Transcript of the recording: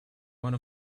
one